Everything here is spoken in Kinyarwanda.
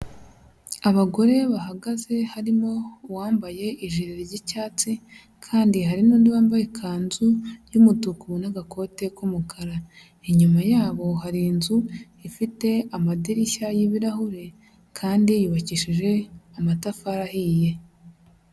Abagore bahagaze harimo uwambaye ijiri ry'icyatsi kandi hari n'undi wambaye ikanzu y'umutuku n'agakote k'umukara. Inyuma yabo hari inzu ifite amadirishya y'ibirahure kandi yubakishije amatafari ahiye.